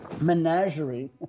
menagerie